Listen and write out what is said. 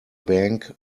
bank